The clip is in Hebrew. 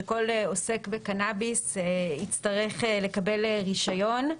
שכל עוסק בקנאביס יצטרך לקבל רישיון.